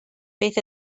beth